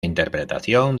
interpretación